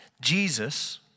Jesus